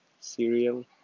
cereal